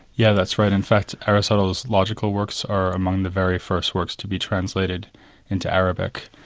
yeah that's right. in fact aristotle's logical works are among the very first works to be translated into arabic.